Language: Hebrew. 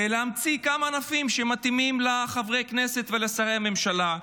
להמציא כמה ענפים שמתאימים לחברי כנסת ולשרי הממשלה,